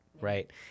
right